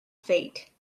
fate